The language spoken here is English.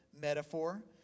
metaphor